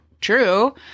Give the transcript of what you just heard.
true